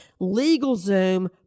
LegalZoom